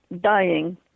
dying